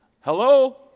hello